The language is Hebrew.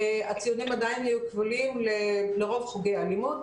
הציונים עדיין יהיו קבילים לרוב חוגי הלימוד,